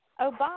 Obama